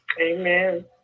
amen